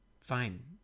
Fine